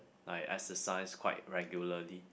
I exercise quite regularly